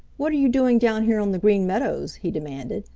what are you doing down here on the green meadows? he demanded.